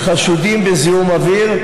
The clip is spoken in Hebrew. שחשודים בזיהום אוויר,